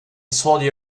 saudi